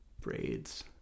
braids